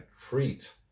treat